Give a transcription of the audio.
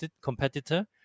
competitor